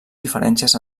diferències